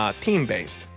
team-based